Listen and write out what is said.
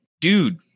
dude